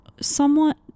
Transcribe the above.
Somewhat